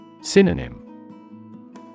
Synonym